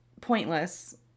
pointless